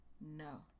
No